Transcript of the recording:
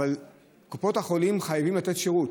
קופות החולים חייבות לתת שירות.